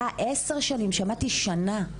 אה עשר שנים, שמעתי שנה.